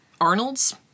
Arnold's